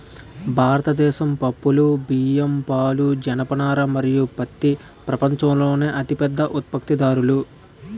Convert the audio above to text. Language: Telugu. భారతదేశం పప్పులు, బియ్యం, పాలు, జనపనార మరియు పత్తి ప్రపంచంలోనే అతిపెద్ద ఉత్పత్తిదారులు